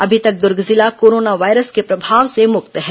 अभी तक दूर्ग जिला कोरोना वायरस के प्रभाव से मुक्त है